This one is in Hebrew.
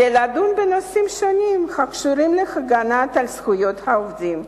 כדי לדון בנושאים שונים הקשורים להגנה על זכויות העובדים,